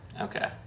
Okay